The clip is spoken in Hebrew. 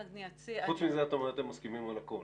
חוץ מזה, הם מסכימים על הכול?